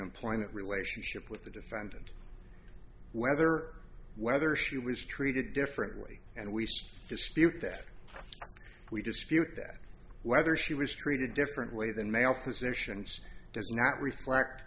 employment relationship with the defendant whether whether she was treated differently and we dispute that we dispute that whether she was treated differently than male physicians does not reflect